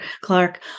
Clark